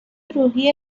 روحی